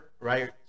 right